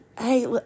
hey